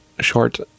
short